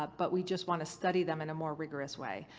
ah but we just want to studying them in a more rigorous way.